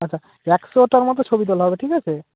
আচ্ছা একশোটার মতো ছবি তোলা হবে ঠিক আছে